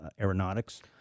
aeronautics